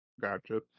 Gotcha